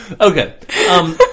Okay